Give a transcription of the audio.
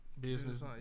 business